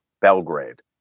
Belgrade